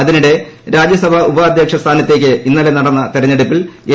അതിനിടെ രാജ്യസഭ ഉപാധ്യക്ഷ സ്ഥാനത്തേക്ക് ഇന്നലെ നടന്ന തെരഞ്ഞെടുപ്പിൽ എൻ